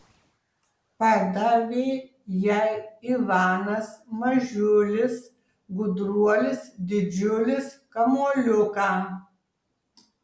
padavė jai ivanas mažiulis gudruolis didžiulis kamuoliuką